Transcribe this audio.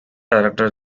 director